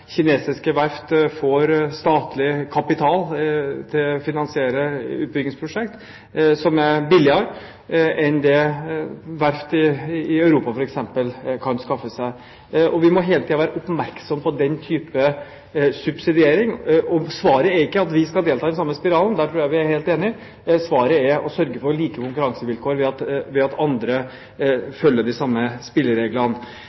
kinesiske verft får statlig kapital til å finansiere utbyggingsprosjekter som er billigere enn det verft i f.eks. Europa kan skaffe seg. Vi må hele tiden være oppmerksom på den type subsidiering. Svaret er ikke at vi skal delta i den samme spiralen, der tror jeg vi er helt enige. Svaret er å sørge for like konkurransevilkår, ved at andre følger de samme spillereglene. Nå er det jo ikke slik at